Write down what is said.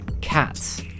Cats